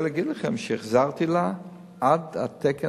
ישנה